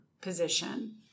position